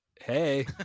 Hey